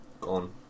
Gone